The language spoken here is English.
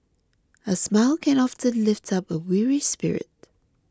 a smile can often lift up a weary spirit